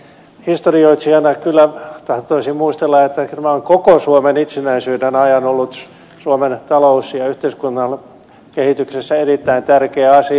historioitsijana kyllä tahtoisin muistella että tämä on koko suomen itsenäisyyden ajan ollut suomen talous ja yhteiskuntakehityksessä erittäin tärkeä asia